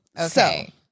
okay